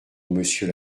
monsieur